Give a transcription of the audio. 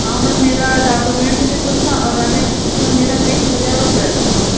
हाँ मैम मेरा डॉक्यूमेंट भी कुछ था और मैम मेरा उसमें बीस हजार रुपया था